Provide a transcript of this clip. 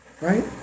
right